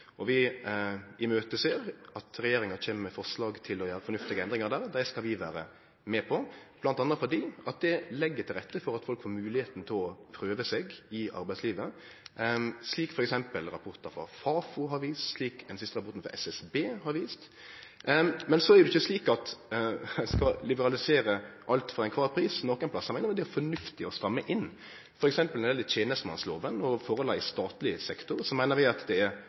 Vi ser fram til at regjeringa kjem med forslag til fornuftige endringar der. Dei skal vi vere med på, bl.a. fordi det legg til rette for at folk får moglegheit til å prøve seg i arbeidslivet, slik f.eks. rapportar frå Fafo har vist, og slik den siste rapporten frå SSB har vist. Det er ikkje slik at ein skal liberalisere alt same kva. Nokre plassar meiner vi det er fornuftig å stramme inn. For eksempel når det gjeld tenestemannsloven og forholda i statleg sektor, meiner vi det er